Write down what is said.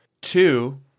two